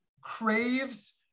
craves